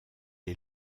est